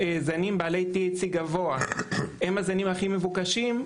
זנים בעלי PHC גבוה הם הזנים הכי מבוקשים,